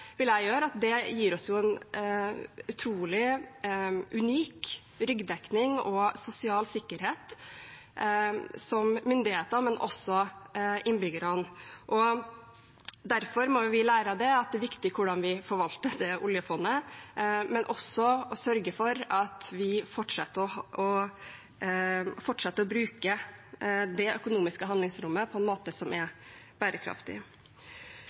vil jeg gjøre, at det gir oss som myndigheter og også innbyggerne en utrolig, unik ryggdekning og sosial sikkerhet. Derfor må vi lære av det, at det er viktig hvordan vi forvalter oljefondet, men også sørger for at vi fortsetter å bruke det økonomiske handlingsrommet på en måte som er bærekraftig.